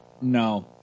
No